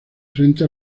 frente